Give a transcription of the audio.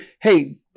hey